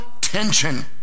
tension